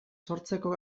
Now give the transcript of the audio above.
sortzeko